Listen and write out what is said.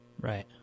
Right